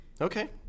okay